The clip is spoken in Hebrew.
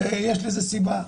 ויש לזה סיבה.